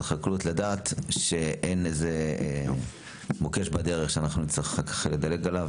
החקלאות לדעת שאין איזה מוקש בדרך שאנחנו נצטרך אחר כך לדלג עליו.